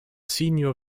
senior